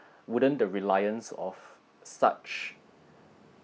wouldn't the reliance of such